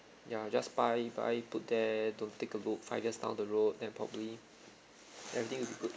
ya just buy buy put there don't take a look five years down the road then probably everything will be good